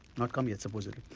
not come yet supposedly.